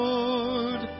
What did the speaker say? Lord